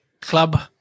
club